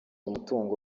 umutungo